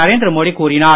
நரேந்திர மோடி கூறினார்